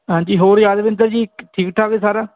ਹਾਂਜੀ ਹੋਰ ਯਾਦਵਿੰਦਰ ਜੀ ਠੀਕ ਠਾਕ ਹੈ ਸਾਰਾ